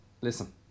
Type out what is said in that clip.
Listen